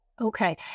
Okay